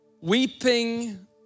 Weeping